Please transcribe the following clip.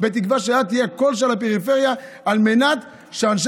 בתקווה שאת תהיי הקול של הפריפריה על מנת שאנשי